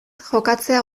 jokatzea